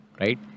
Right